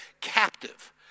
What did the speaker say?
captive